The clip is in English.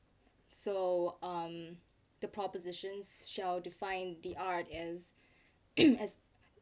so um the proposition shall define the art as as